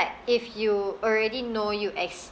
if you already know you exce~